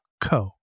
co